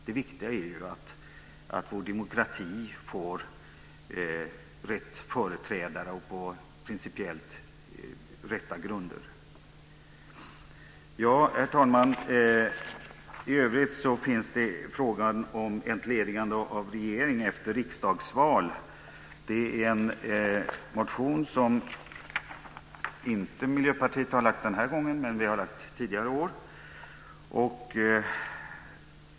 Det viktiga är ju att vår demokrati får rätt företrädare på principiellt riktiga grunder. Herr talman! Jag kommer då till frågan om entledigande av regering efter riksdagsval. Det är en motion som inte Miljöpartiet har lagt fram den här gången, men väl tidigare år.